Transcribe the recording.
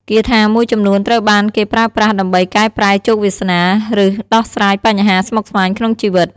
គាថាមួយចំនួនត្រូវបានគេប្រើប្រាស់ដើម្បីកែប្រែជោគវាសនា ឬដោះស្រាយបញ្ហាស្មុគស្មាញក្នុងជីវិត។